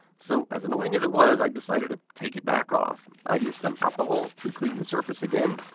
so, as annoying as it was, i decided to take it back off. i used some alcohol to clean the surface again.